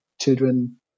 children